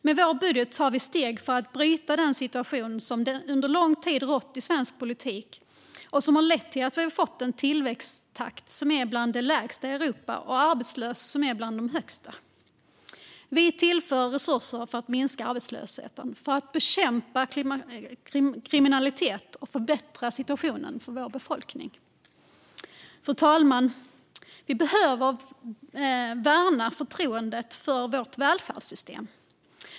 Med vår budget tar vi steg för att bryta den situation som under lång tid har rått i svensk politik och som har lett till att vi har fått en tillväxttakt som är bland de lägsta i Europa och en arbetslöshet som är bland de högsta. Vi tillför resurser för att minska arbetslösheten, bekämpa kriminaliteten och förbättra situationen för vår befolkning. Fru talman! Vi behöver värna förtroendet för vårt välfärdssystem.